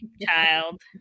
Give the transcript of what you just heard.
child